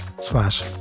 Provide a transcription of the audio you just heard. slash